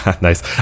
Nice